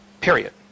Period